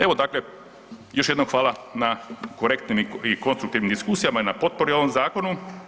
Evo, dakle, još jednom hvala na korektnim i konstruktivnim diskusijama i na potpori ovom zakonu.